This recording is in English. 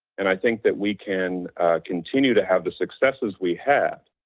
and i think that we can continue to have the successes we have,